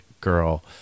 girl